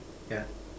yeah